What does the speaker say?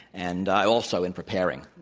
and i also, in preparing,